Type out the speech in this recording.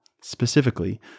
Specifically